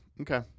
Okay